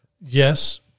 Yes